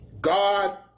God